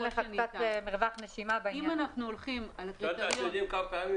אם אנחנו הולכים על זיכיון --- אתם יודעים כמה פעמים